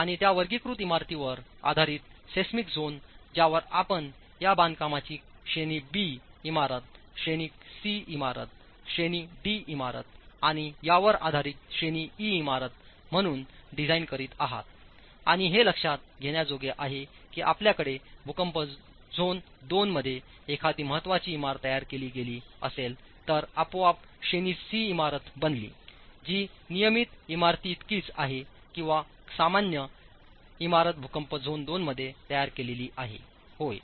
आणि त्या वर्गीकृत इमारतींवर आधारित सेईस्मिक झोन ज्यावर आपण या बांधकामांची श्रेणी बी इमारत श्रेणी सी इमारत श्रेणी डी इमारत आणि यावर आधारितश्रेणी ई इमारत म्हणून डिझाइन करीत आहात आणि हे लक्षात घेण्याजोगे आहे की आपल्याकडे भूकंप झोन II मध्ये एखादी महत्वाची इमारत तयार केली गेली असेल तरआपोआप श्रेणी सी इमारत बनली जी नियमित इमारतीइतकीच आहे किंवा सामान्य इमारत भूकंप झोन II मध्ये तयार केलेली आहेहोय